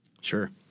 Sure